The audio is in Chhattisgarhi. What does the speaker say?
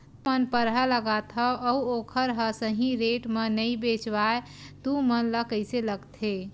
तू मन परहा लगाथव अउ ओखर हा सही रेट मा नई बेचवाए तू मन ला कइसे लगथे?